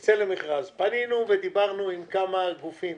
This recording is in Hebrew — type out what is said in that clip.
ועדת השקעות משלך ולא מעביר יותר לאוצר את הכסף ואתה פועל כמשק עצמאי,